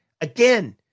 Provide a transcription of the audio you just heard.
again